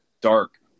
Dark